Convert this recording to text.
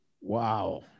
Wow